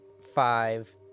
five